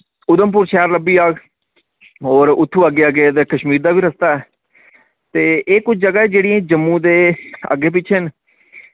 उधमपुर शैह्र लब्बी जाग और उत्थुं अग्गे अग्गे ते कश्मीर दा वी रास्ता ऐ ते एह् कुछ जगह ऐ जेह्ड़ी जम्मू दे अग्गे पीछे न